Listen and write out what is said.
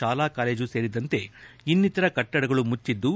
ಶಾಲಾ ಕಾಲೇಜು ಸೇರಿದಂತೆ ಇನ್ನಿತರ ಕಟ್ಟಡಗಳು ಮುಚ್ಚಿದ್ದು